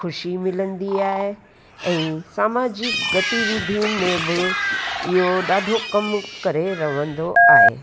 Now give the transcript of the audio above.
ख़ुशी मिलंदी आहे ऐं सामाजिक गतिविधियुनि में बि इहो ॾाढो कमु करे रहंदो आहे